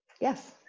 Yes